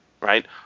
right